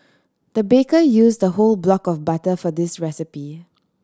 the baker use the whole block of butter for this recipe